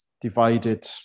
divided